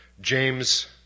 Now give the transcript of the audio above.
James